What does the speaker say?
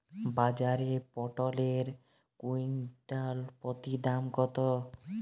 বাজারে পটল এর কুইন্টাল প্রতি দাম কত?